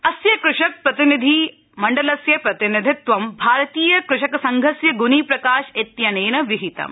अस्य कृषक प्रतिनिधि मण्डलस्य प्रतिनिधित्वं भारतीय कृषक संघस्य ग्नी प्रकाश इत्यनेन विहितम्